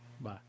Bye